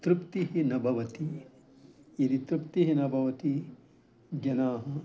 तृप्तिः न भवति यदि तृप्तिः न भवति जनाः